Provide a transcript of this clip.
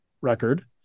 record